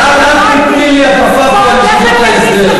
אז אל תיתני לי הטפה על ישיבות ההסדר.